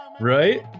right